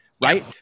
right